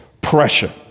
pressure